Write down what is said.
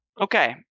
okay